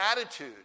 attitude